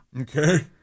Okay